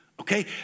okay